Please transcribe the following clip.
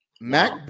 Mac